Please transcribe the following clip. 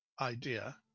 idea